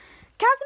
Captain